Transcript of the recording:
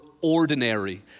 ordinary